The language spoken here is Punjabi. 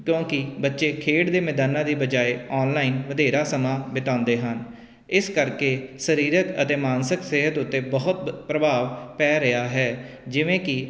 ਕਿਉਂਕਿ ਬੱਚੇ ਖੇਡ ਦੇ ਮੈਦਾਨਾਂ ਦੀ ਬਜਾਏ ਆਨਲਾਈਨ ਵਧੇਰਾ ਸਮਾਂ ਬਿਤਾਉਂਦੇ ਹਨ ਇਸ ਕਰਕੇ ਸਰੀਰਕ ਅਤੇ ਮਾਨਸਿਕ ਸਿਹਤ ਉੱਤੇ ਬਹੁਤ ਪ੍ਰਭਾਵ ਪੈ ਰਿਹਾ ਹੈ ਜਿਵੇਂ ਕਿ